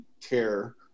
care